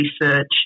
research